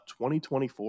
2024